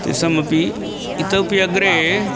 तेषामपि इतोऽपि अग्रे